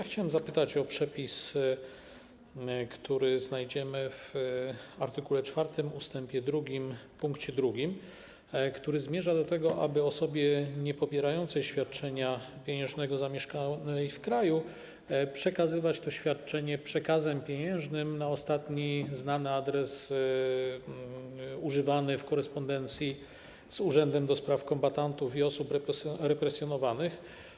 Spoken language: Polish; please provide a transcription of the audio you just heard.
Chciałem zapytać o przepis, który znajdziemy w art. 4 ust. 2 pkt 2, który zmierza do tego, aby osobie niepobierającej świadczenia pieniężnego zamieszkałej w kraju przekazywać to świadczenie przekazem pieniężnym na ostatni znany adres używany w korespondencji z Urzędem do Spraw Kombatantów i Osób Represjonowanych.